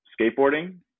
skateboarding